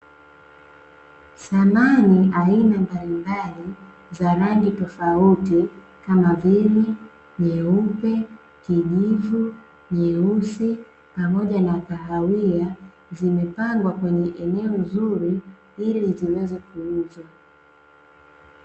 Samani aina mbalimbali za rangi tofauti kama vile nyeupe, kijivu, nyeusi pamoja na kahawia zimepandwa kwenye eneo zuri ili ziweze kuuzwa.